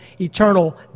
eternal